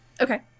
okay